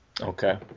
okay